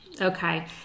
Okay